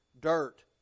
dirt